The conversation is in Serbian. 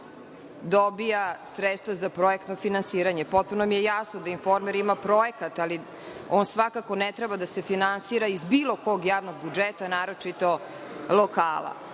dobija sredstva za finansiranje. Potpuno mi je jasno da „Informer“ ima projekat, ali on svakako ne treba da se finansira iz bilo kog javnog budžeta, naročito lokala. Tako